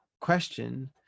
question